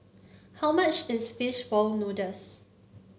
how much is fish ball noodles